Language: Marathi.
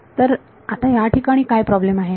तर आता या ठिकाणी काय प्रॉब्लेम आहे